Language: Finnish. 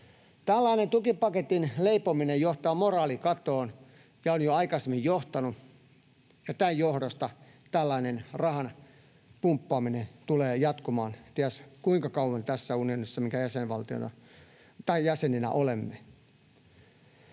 Tällainen tukipaketin leipominen johtaa moraalikatoon ja on jo aikaisemmin johtanut, ja tämän johdosta tällainen rahan pumppaaminen tulee jatkumaan ties kuinka kauan tässä unionissa, jonka jäsenenä olemme.